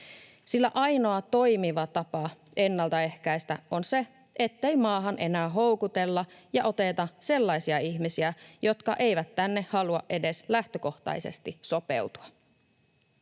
sillä ainoa toimiva tapa ennaltaehkäistä on se, ettei maahan enää houkutella ja oteta sellaisia ihmisiä, jotka eivät tänne halua edes lähtökohtaisesti sopeutua.